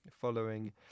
following